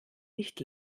nicht